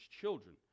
children